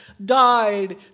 died